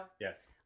yes